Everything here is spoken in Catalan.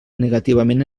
negativament